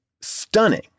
stunning